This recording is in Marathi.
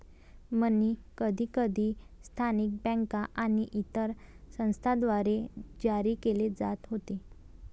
मनी कधीकधी स्थानिक बँका आणि इतर संस्थांद्वारे जारी केले जात होते